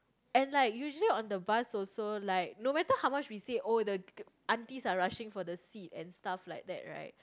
and like usually on the bus also like no matter how much we say oh the aunties are rushing for the seat and stuff like that right